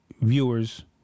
viewers